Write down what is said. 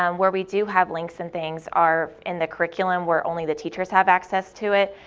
um where we do have links and things are in the curriculum where only the teachers have access to it.